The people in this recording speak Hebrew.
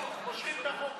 קבוצת סיעת מרצ,